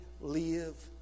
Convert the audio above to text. live